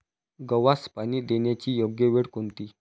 गव्हास पाणी देण्याची योग्य वेळ कोणती?